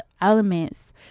elements